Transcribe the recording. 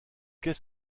qu’est